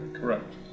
Correct